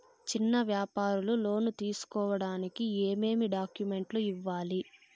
చిన్న వ్యాపారులు లోను తీసుకోడానికి ఏమేమి డాక్యుమెంట్లు ఇవ్వాలి?